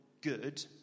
good